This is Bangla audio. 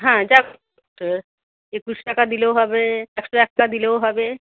হ্যাঁ যা একুশ টাকা দিলেও হবে একশো একটা দিলেও হবে